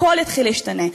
הכול יתחיל להשתנות.